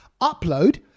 upload